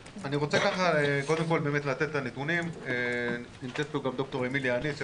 בשביל מה אני אבוא לפה.